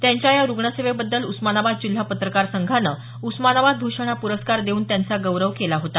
त्यांच्या या रुग्णसेवेबद्धल उस्मानाबाद जिल्हा पत्रकार संघानं उस्मानाबाद भूषण हा पुरस्कार देवून त्यांचा गौरव केला होता